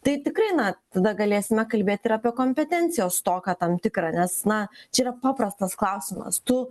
tai tikrai na tada galėsime kalbėti apie kompetencijos stoką tam tikrą nes na čia yra paprastas klausimas tu